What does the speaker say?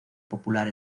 popular